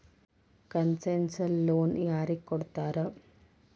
Concessional loan ಯಾರಿಗ್ ಕೊಡ್ತಾರ?